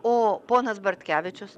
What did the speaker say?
o ponas bartkevičius